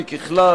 כי ככלל,